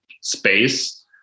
space